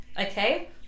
okay